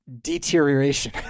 deterioration